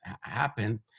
happen